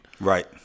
Right